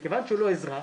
מכיוון שהוא לא אזרח